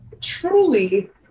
truly